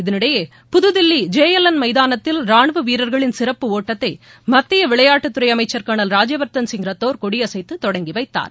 இதனிடையே Pudhudilli J L N மைதானத்தில் ராணுவ வீரர்களின் சிறப்பு ஓட்டத்தை மத்திய விளையாட்டுத்துறை அமைச்சர் கா்னல் ராஜ்யவர்தன் ரத்தோர் கொடியசைத்து துவக்கி வைத்தார்